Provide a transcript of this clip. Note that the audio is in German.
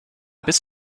bis